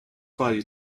value